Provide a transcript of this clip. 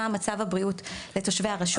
מה מצב הבריאות של תושבי הרשות.